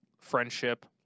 friendship